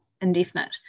indefinite